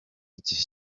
igihe